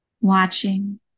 watching